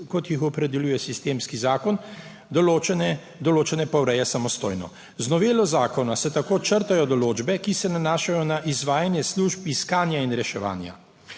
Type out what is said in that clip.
kot jih opredeljuje sistemski zakon, določene pa ureja samostojno. Z novelo zakona se tako črtajo določbe, ki se nanašajo na izvajanje služb iskanja in reševanja.